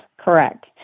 correct